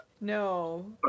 No